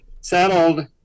settled